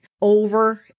over